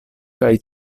kaj